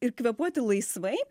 ir kvėpuoti laisvai